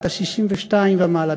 בת ה-62 ומעלה,